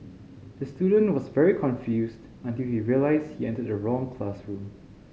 the student was very confused until he realised he entered the wrong classroom